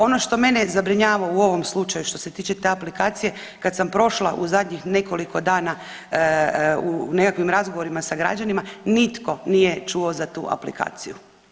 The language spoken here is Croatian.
Ono što mene zabrinjava u ovom slučaju što se tiče te aplikacije kad sam prošla u zadnjih nekoliko dana u nekakvim razgovorima sa građanima nitko nije čuo za tu aplikaciju.